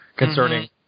Concerning